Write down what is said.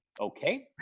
Okay